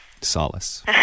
solace